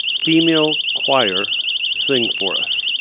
female choir sing for us.